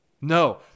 No